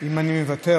אם אני מוותר,